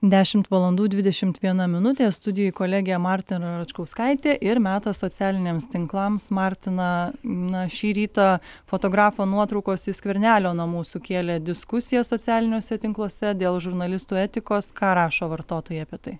dešimt valandų dvidešimt viena minutė studijoje kolegė martina račkauskaitė ir metas socialiniams tinklams martina na šį rytą fotografo nuotraukos iš skvernelio namų sukėlė diskusijas socialiniuose tinkluose dėl žurnalistų etikos ką rašo vartotojai apie tai